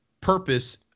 purpose